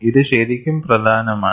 ഇത് ശരിക്കും പ്രധാനമാണ്